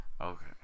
Okay